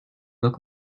look